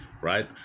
right